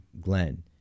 Glenn